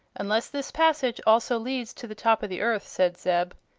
unless this passage also leads to the top of the earth, said zeb.